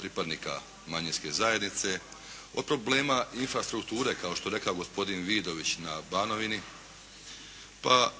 pripadnika manjinske zajednice od problema infrastrukture kao što je rekao gospodin Vidović na Banovini pa